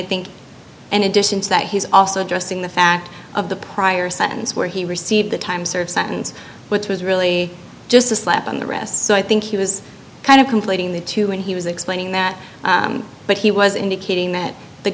think an addition to that he's also addressing the fact of the prior sentence where he received the time serve sentence which was really just a slap on the wrist so i think he was kind of conflating the two and he was explaining that but he was indicating that the